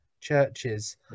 churches